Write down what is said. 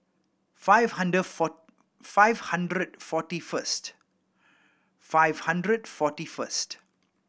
five hundred four five hundred forty first five hundred forty first